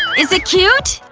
is it cute?